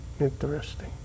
Interesting